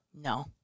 No